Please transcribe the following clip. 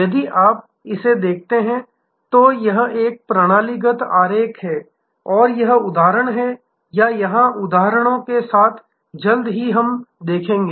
यदि आप इसे देखते हैं तो यह एक प्रणालीगत आरेख है और यह उदाहरण है या यहाँ उदाहरणों के साथ जल्द ही हम देखेंगे